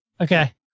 Okay